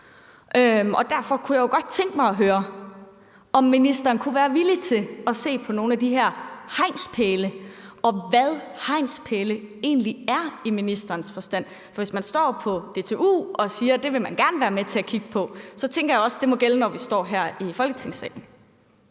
Derfor kunne jeg godt tænke mig at høre, om ministeren kunne være villig til at se på nogle af de her hegnspæle, og høre om, hvad hegnspæle egentlig er i ministerens optik. For hvis man står på DTU og siger, at det vil man gerne være med til at kigge på, tænker jeg også, at det må gælde, når vi står her i Folketingssalen.